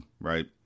right